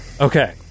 okay